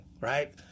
Right